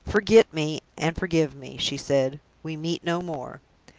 forget me, and forgive me, she said. we meet no more.